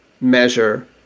measure